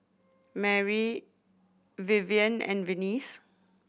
Mari Vivienne and Venice